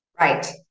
Right